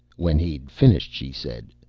when he'd finished she said,